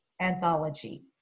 anthology